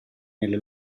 nelle